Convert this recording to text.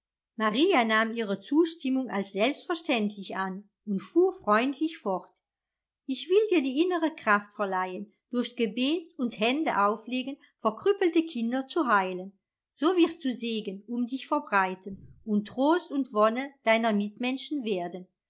maria nahm ihre zustimmung als selbstverständlich an und fuhr freundlich fort ich will dir die innere kraft verleihen durch gebet und händeauflegen verkrüppelte kinder zu heilen so wirst du segen um dich verbreiten und trost und wonne deiner mitmenschen